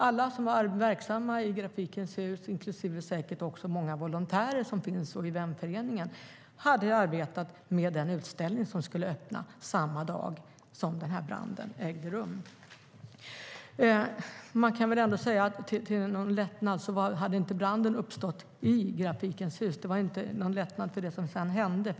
Alla som var verksamma i Grafikens Hus, inklusive säkert många volontärer och i vänföreningen, hade arbetat med den utställning som skulle öppna samma dag som branden ägde rum. Till någon lättnad hade branden inte uppstått i Grafikens Hus, även om det inte var en lättnad för vad som sedan hände.